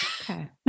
Okay